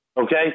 Okay